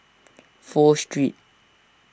Pho Street